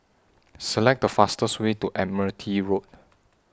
Select The fastest Way to Admiralty Road